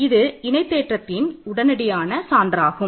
இது இணை தேற்றத்தின் உடனடியான சான்றாகும்